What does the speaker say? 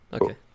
okay